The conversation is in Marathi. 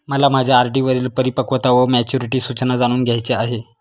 मला माझ्या आर.डी वरील परिपक्वता वा मॅच्युरिटी सूचना जाणून घ्यायची आहे